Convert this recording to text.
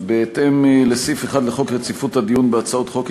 בהתאם לסעיף 1 לחוק רציפות הדיון בהצעות חוק,